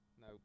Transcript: No